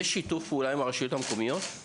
יש שיתופי פעולה עם הרשויות המקומיות?